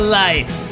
life